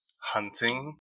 hunting